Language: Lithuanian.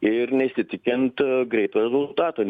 ir nesitikint greito rezultato